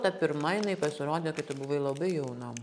ta pirma jinai pasirodė kai tu buvai labai jauna